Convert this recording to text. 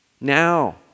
now